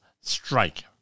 strike